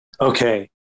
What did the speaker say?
okay